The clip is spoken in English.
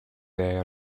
they